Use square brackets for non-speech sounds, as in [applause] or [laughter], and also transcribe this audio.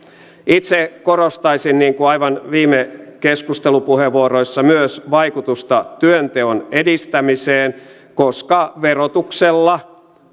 itse korostaisin niin kuin aivan viime keskustelupuheenvuoroissa myös vaikutusta työnteon edistämiseen koska verotuksella [unintelligible]